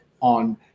on